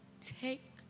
take